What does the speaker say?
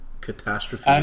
Catastrophe